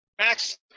Max